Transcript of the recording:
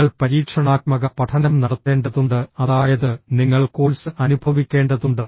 നിങ്ങൾ പരീക്ഷണാത്മക പഠനം നടത്തേണ്ടതുണ്ട് അതായത് നിങ്ങൾ കോഴ്സ് അനുഭവിക്കേണ്ടതുണ്ട്